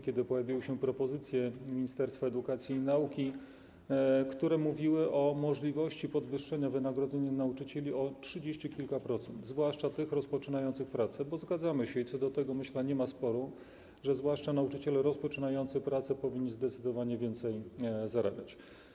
kiedy pojawiły się propozycje Ministerstwa Edukacji i Nauki dotyczące możliwości podwyższenia wynagrodzeń nauczycieli o trzydzieści kilka procent, zwłaszcza nauczycieli rozpoczynających pracę, bo zgadzamy się - i co do tego, myślę, nie ma sporu - że zwłaszcza nauczyciele rozpoczynający pracę powinni zdecydowanie więcej zarabiać.